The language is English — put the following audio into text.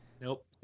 nope